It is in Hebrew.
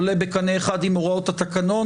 עולה בקנה אחד עם הוראות התקנון,